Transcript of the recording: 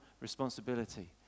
responsibility